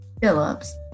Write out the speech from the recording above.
Phillips